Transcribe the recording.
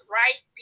right